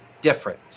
different